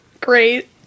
Great